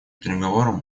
переговорам